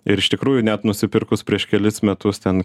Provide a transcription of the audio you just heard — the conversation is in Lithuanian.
ir iš tikrųjų net nusipirkus prieš kelis metus ten